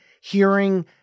hearing